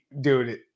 dude